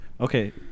Okay